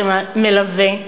שמלווה,